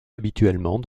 habituellement